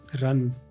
run